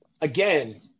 again